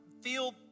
feel